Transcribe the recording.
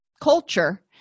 culture